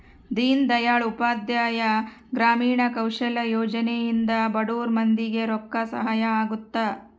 ದೀನ್ ದಯಾಳ್ ಉಪಾಧ್ಯಾಯ ಗ್ರಾಮೀಣ ಕೌಶಲ್ಯ ಯೋಜನೆ ಇಂದ ಬಡುರ್ ಮಂದಿ ಗೆ ರೊಕ್ಕ ಸಹಾಯ ಅಗುತ್ತ